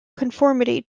conformity